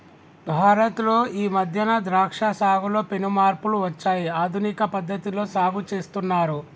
భారత్ లో ఈ మధ్యన ద్రాక్ష సాగులో పెను మార్పులు వచ్చాయి ఆధునిక పద్ధతిలో సాగు చేస్తున్నారు